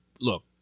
look